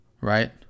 Right